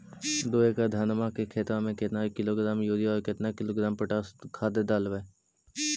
दो एकड़ धनमा के खेतबा में केतना किलोग्राम युरिया और केतना किलोग्राम पोटास खाद डलबई?